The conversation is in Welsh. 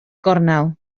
gornel